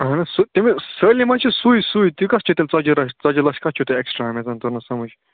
اہن حظ سُہ سٲلِم حظ چھُ سُے سُے تُہۍ کتھ چھِو تیٚلہِ ژَتجی لچھ ژَتجی لچھ کتھ چھِو تُہۍ ایٚکسٹرا مہَ مےٚ زَن توٚر نہٕ سمٕجھ